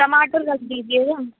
टमाटर रख दीजिएगा